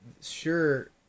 sure